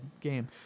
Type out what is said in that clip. game